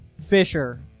fisher